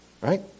right